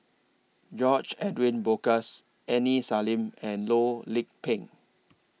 George Edwin Bogaars Aini Salim and Loh Lik Peng